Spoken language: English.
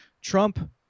Trump